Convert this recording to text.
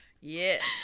Yes